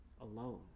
alone